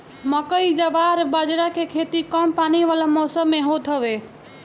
मकई, जवार बजारा के खेती कम पानी वाला मौसम में होत हवे